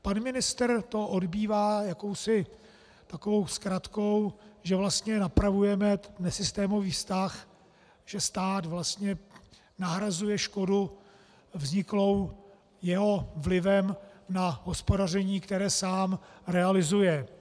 Pan ministr to odbývá jakousi takovou zkratkou, že vlastně napravujeme nesystémový vztah, že stát vlastně nahrazuje škodu vzniklou jeho vlivem na hospodaření, které sám realizuje.